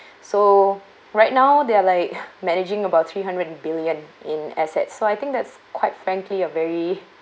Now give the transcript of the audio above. so right now they're like managing about three hundred billion in assets so I think that's quite frankly a very